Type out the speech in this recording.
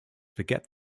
forget